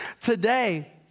today